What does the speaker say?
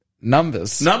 Numbers